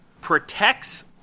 protects